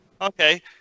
Okay